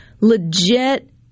legit